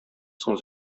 соң